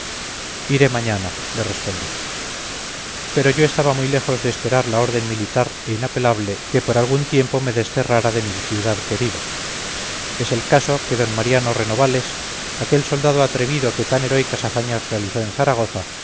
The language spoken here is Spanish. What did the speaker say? llevado iré mañana le respondí pero yo estaba muy lejos de esperar la orden militar e inapelable que por algún tiempo me desterrara de mi ciudad querida es el caso que d mariano renovales aquel soldado atrevido que tan heroicas hazañas realizó en zaragoza